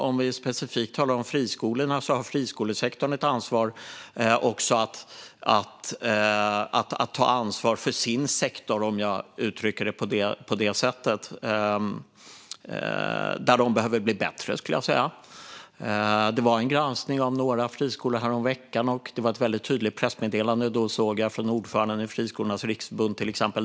Om vi specifikt talar om friskolorna tycker jag att friskolesektorn har att ta ansvar för sin sektor, om jag uttrycker det på det sättet. De behöver bli bättre, skulle jag säga. Häromveckan var det en granskning av några friskolor, och då såg jag ett väldigt tydligt pressmeddelande från ordföranden i Friskolornas Riksförbund.